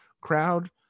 crowd